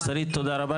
שרית, תודה רבה.